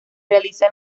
realiza